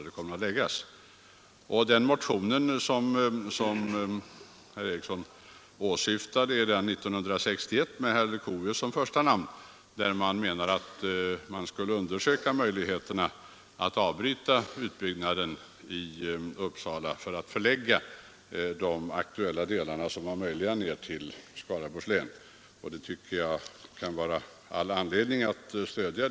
Den motion som herr Eriksson då åsyftade är motionen 1973:1961 med herr Leuchovius som första namn, där vi motionärer föreslår en undersökning av möjligheterna att avbryta utbyggnaden i Uppsala och att förlägga vissa delar av högskolan till Skaraborgs län. Det förslaget tycker jag att det finns all anledning att stödja.